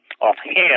offhand